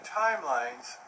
timelines